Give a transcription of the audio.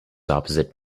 opposite